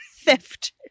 Theft